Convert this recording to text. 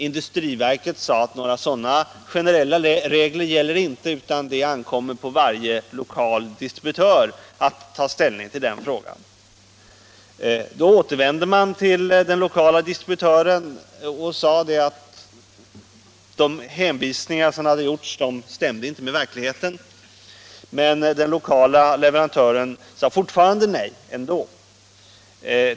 Industriverket sade att några sådana generella regler inte gäller utan att det ankommer på varje lokal distributör att ta ställning till denna fråga. Då återvände han till den lokala distributören och sade att de hänvisningar han fått inte stämde med verkligheten, men den lokala distributören sade fortfarande nej.